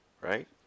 right